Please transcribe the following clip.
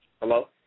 Hello